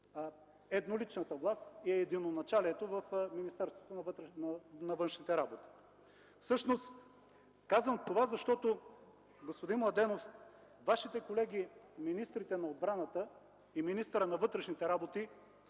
едноличната власт и единоначалието в Министерството на външните работи. Казвам това, защото, господин Младенов, Вашите колеги – министърът на отбраната и министърът на вътрешните работи,